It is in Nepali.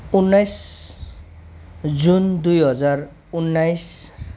उन्नाइस जुन दुई हजार उन्नाइस